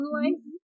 life